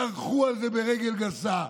דרכו על זה ברגל גסה.